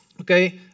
Okay